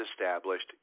established